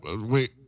Wait